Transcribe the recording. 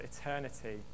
eternity